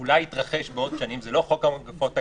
אולי יתרחש בעוד שנים, זה לא חוק המגפות הגדול,